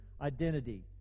identity